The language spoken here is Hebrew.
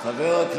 מכאן?